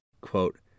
quote